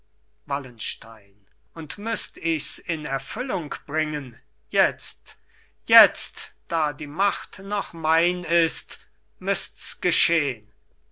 wallenstein und müßt ichs in erfüllung bringen jetzt jetzt da die macht noch mein ist müßts geschehn